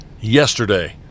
yesterday